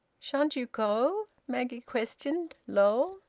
shan't you go? maggie questioned, low.